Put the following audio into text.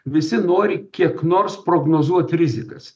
visi nori kiek nors prognozuot rizikas